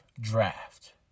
Draft